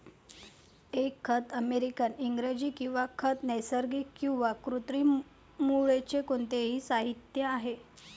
एक खत अमेरिकन इंग्रजी किंवा खत नैसर्गिक किंवा कृत्रिम मूळचे कोणतेही साहित्य आहे